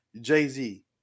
Jay-Z